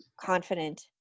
confident